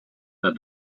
that